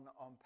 on